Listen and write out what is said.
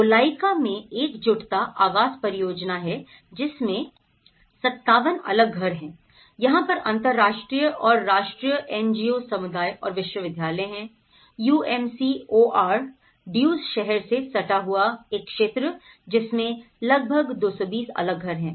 गोलाइका में एकजुटता आवास परियोजना है जिसमें 57 अलग घर है यहाँ पर अंतर्राष्ट्रीय और राष्ट्रीय एनजीओ समुदाय और विश्वविद्यालय हैं U M C O R ड्यूज शहर से सटा हुआ एक क्षेत्र जिसमें लगभग 220 अलग घर हैं